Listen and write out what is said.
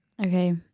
Okay